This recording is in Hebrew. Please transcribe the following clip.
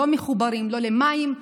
לא מחוברים לא למים,